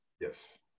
Yes